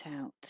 out